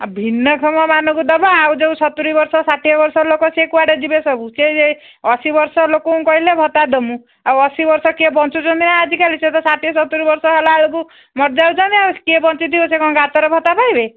ଆଉ ଭିନ୍ନକ୍ଷମମାନଙ୍କୁ ଦେବା ଆଉ ଯେଉଁ ସତୁରୀ ବର୍ଷ ଷାଠଏ ବର୍ଷ ଲୋକ ସେ କୁଆଡ଼େ ଯିବେ ସବୁ ସେ ଅଶୀ ବର୍ଷ ଲୋକଙ୍କୁ କହିଲେ ଭତ୍ତା ଦେମୁ ଆଉ ଅଶୀ ବର୍ଷ କିଏ ବଞ୍ଚୁଛନ୍ତି ନା ଆଜିକାଲି ସ ସେ ତ ଷାଠିଏ ସତୁରୀ ବର୍ଷ ହେଲା ହେଲାବେଳକୁ ମରିଯାଉଛନ୍ତି ଆଉ କିଏ ବଞ୍ଚିଥିବ ସେ କ'ଣ ଗାତରେ ଭତ୍ତା ପାଇବେ